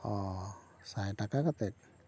ᱚ ᱥᱟᱭ ᱴᱟᱠᱟ ᱠᱟᱛᱮᱫ